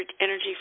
energy